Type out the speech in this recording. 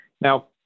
Now